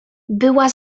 była